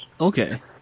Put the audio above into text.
Okay